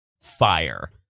Fire